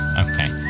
Okay